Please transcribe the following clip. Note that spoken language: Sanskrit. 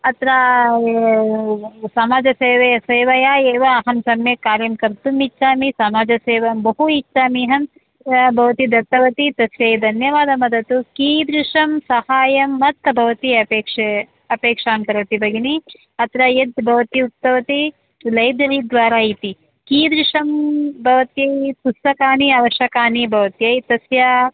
अत्र समाजसेवया सेवया एव अहं सम्यक् कार्यं कर्तुम् इच्छामि समाजसेवां बहु इच्छामि अहं भवत्यै दत्तवती तस्यै धन्यवादः वदतु कीदृशं सहाय्यं मत् भवती अपेक्षे अपेक्षां करोति भगिनि अत्र यद् भवती उक्तवती लैब्ररी द्वारा इति कीदृशं भवत्यै पुस्तकानि आवश्यकानि भवत्यै तस्य